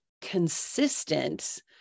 consistent